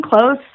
close